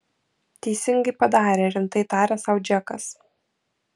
teisingai padarė rimtai tarė sau džekas